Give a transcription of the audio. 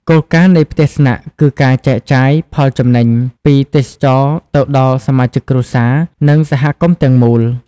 គោលការណ៍នៃផ្ទះស្នាក់គឺការចែកចាយ ផលចំណេញ ពីទេសចរណ៍ទៅដល់សមាជិកគ្រួសារ និងសហគមន៍ទាំងមូល។